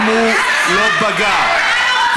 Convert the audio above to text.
אם הוא לא פגע, אבל הוא קרא לו "רוצח".